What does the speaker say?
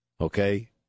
Okay